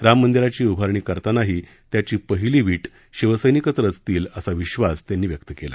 राम मंदिराची उभारणी करतानाही त्याची पहिली वीट शिवसैनिकच रचतील असा विश्वास त्यांनी व्यक्त केला